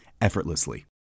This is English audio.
effortlessly